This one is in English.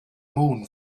moon